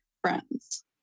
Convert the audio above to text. friends